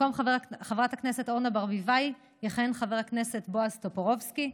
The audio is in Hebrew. במקום חברת הכנסת אורנה ברביבאי יכהן חבר הכנסת בועז טופורובסקי,